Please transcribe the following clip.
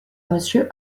monsieur